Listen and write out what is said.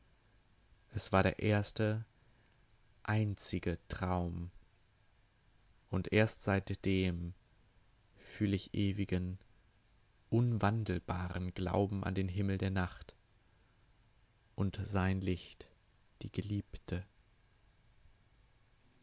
es war der erste einzige traum und erst seitdem fühl ich ewigen unwandelbaren glauben an den himmel der nacht und sein licht die geliebte